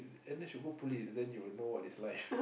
N_S you go police then you will know what is life